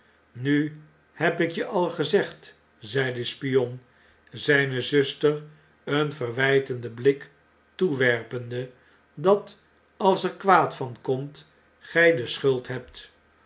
nu heb ik je al gezegd zei de spion zgne zuster een verwgtenden blik toewerpende dat als er kwaad van komt gg de schuld hebt